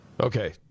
Okay